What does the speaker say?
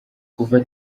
kuva